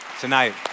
tonight